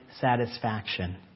satisfaction